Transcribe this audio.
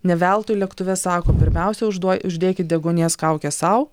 ne veltui lėktuve sako pirmiausia užduo uždėkit deguonies kaukę sau